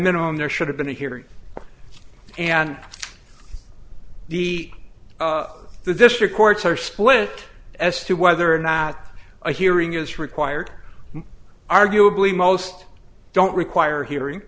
minimum there should have been a hearing and the the district courts are split as to whether or not a hearing is required arguably most don't require hearing